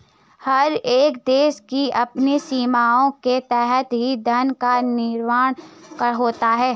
हर एक देश की अपनी सीमाओं के तहत ही धन का निर्माण होता है